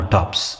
Tops